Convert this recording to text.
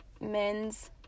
men's